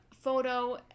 photo